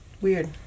Weird